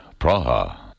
Praha